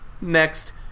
Next